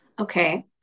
Okay